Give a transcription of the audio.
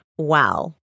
Wow